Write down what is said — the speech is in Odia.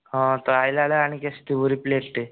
ହଁ ତ ଆସିଲାବେଳେ ଆଣିକି ଆସିଥିବୁ ପ୍ଲେଟ ଟେ